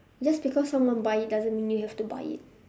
just because someone buy it doesn't mean you have to buy it